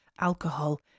alcohol